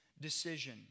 decision